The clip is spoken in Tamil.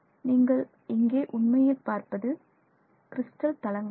நீங்கள் இங்கே உண்மையில் பார்ப்பது கிரிஸ்டல் தளங்களை